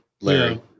Larry